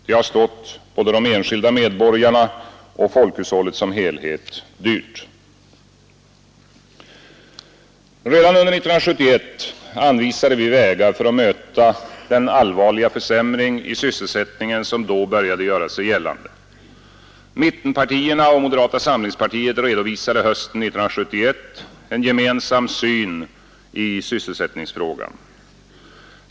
Det har stått både de enskilda medborgarna och folkhushållet som helhet dyrt. Redan under 1971 anvisade vi vägar för att möta den allvarliga försämring i sysselsättningen som då började göra sig gällande. Mittenpartierna och moderata samlingspartiet redovisade hösten 1971 en gemensam syn i sysselsättningsfrågan.